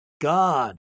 God